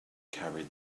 carried